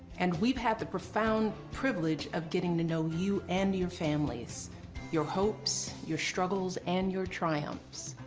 and we've had the profound privilege of getting to know you and your families your hopes, your struggles, and your triumphs.